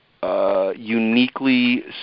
Uniquely